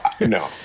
no